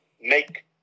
make